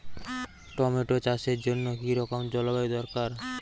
Tomato চাষের জন্য কি রকম জলবায়ু দরকার?